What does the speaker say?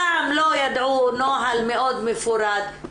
פעם לא ידעו נוהל מאוד מפורט.